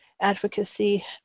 advocacy